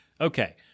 Okay